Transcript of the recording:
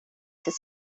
this